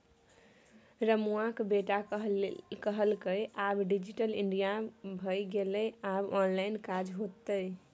रमुआक बेटा कहलकै आब डिजिटल इंडिया भए गेलै आब ऑनलाइन काज हेतै